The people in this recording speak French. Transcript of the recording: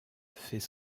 fait